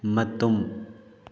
ꯃꯇꯨꯝ